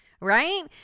right